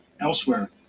elsewhere